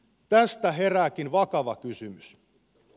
tästä herääkin vakava kysymys